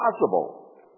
possible